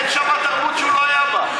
אין "שבתרבות" שהוא לא היה בה.